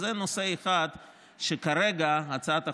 אז זה נושא אחד שכרגע הצעת החוק,